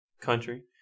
country